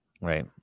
Right